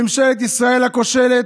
ממשלת ישראל הכושלת,